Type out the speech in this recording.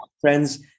friends